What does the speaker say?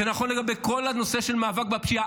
זה נכון לגבי כל הנושא של מאבק בפשיעה.